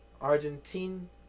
Argentine